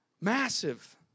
Massive